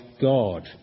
God